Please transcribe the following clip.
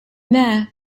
there